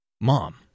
Mom